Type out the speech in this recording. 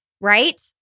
right